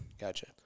Gotcha